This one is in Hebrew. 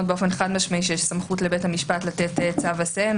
חד משמעית שיש סמכות לבית המשפט לתת צו עשה.